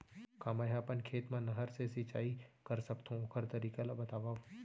का मै ह अपन खेत मा नहर से सिंचाई कर सकथो, ओखर तरीका ला बतावव?